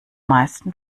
meisten